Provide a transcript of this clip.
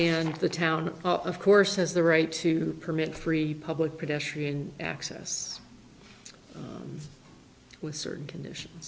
and the town of course has the right to permit free public pedestrian access with certain condition